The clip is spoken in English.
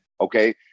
Okay